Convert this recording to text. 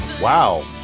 wow